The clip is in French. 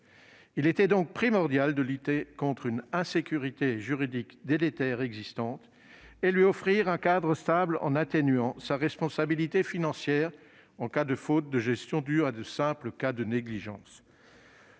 Il était donc primordial de lutter contre une insécurité juridique délétère et de lui offrir un cadre stable en atténuant sa responsabilité financière en cas de faute de gestion due à de simples négligences.